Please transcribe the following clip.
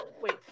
wait